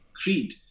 creed